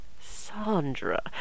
Sandra